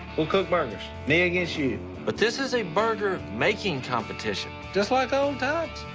we'll cook burgers. me against you. but this is a burger-making competition. just like old times.